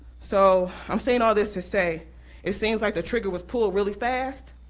so i'm saying all this to say it seems like the trigger was pulled really fast,